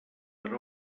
per